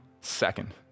second